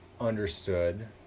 understood